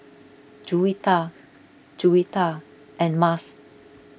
Juwita Juwita and Mas